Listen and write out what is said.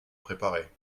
préparer